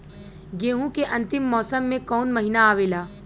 गेहूँ के अंतिम मौसम में कऊन महिना आवेला?